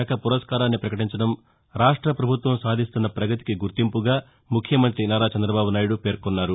శాఖ పురస్కారాన్ని పకటించడం రాష్ట పభుత్వతం సాధిస్తున్న పగతికి గుర్తింపుగా ముఖ్యమంఁతి నారా చంఁదబాబు నాయుడు పేర్కొన్నారు